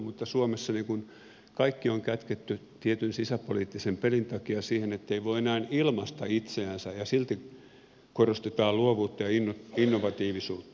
mutta suomessa kaikki on kätketty tietyn sisäpoliittisen pelin takia niin ettei voi enää ilmaista itseänsä ja silti korostetaan luovuutta ja innovatiivisuutta